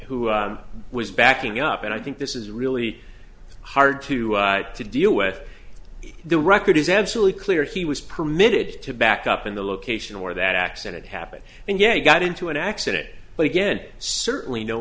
who was backing up and i think this is really hard to to deal with the record is absolutely clear he was permitted to back up in the location where that accident happened and yet he got into an accident but again certainly no